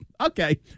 Okay